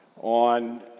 on